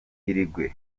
uruguay